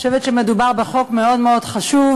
אני חושבת שמדובר בחוק מאוד מאוד חשוב,